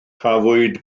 cafwyd